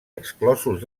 exclosos